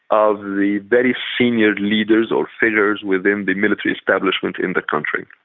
of the very senior leaders, or figures, within the military establishment in the country.